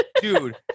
dude